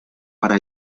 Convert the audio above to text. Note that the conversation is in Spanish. para